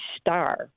star